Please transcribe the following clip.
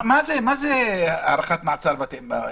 מה זה הארכת מעצר בטלפון?